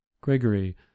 gregory